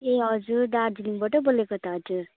ए हजुर दार्जिलिङबाटै बोलेको त हजुर